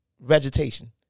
vegetation